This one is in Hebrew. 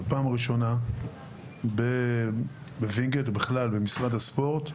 בפעם הראשונה בווינגייט, ובכלל, במשרד הספורט,